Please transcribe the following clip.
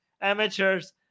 amateurs